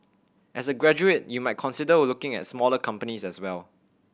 as a graduate you might consider looking at smaller companies as well